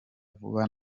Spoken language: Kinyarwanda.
vuba